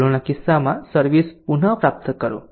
ભૂલોના કિસ્સામાં સર્વિસ પુનપ્રાપ્ત કરો